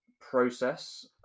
process